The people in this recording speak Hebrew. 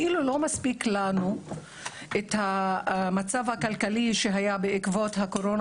כאילו לא מספיק לנו את המצב הכלכלי שהיה בעקבות הקורונה